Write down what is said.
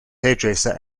hairdresser